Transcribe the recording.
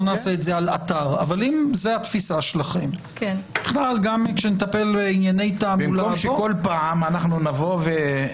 אם זאת התפיסה שלכם --- במקום שבכל פעם נעשה את זה.